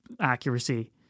accuracy